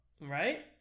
right